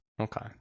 Okay